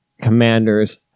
Commanders